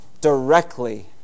directly